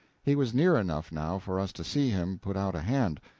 he was near enough now for us to see him put out a hand,